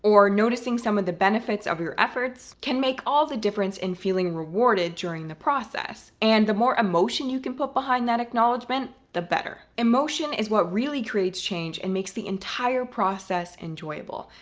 or noticing some of the benefits of your efforts can make all the difference in feeling rewarded during the process. and the more emotion you can put behind that acknowledgement, the better. emotion is what really creates change, and makes the entire process enjoyable.